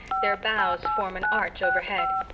their boughs form an arch overhead.